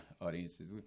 audiences